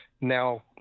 Now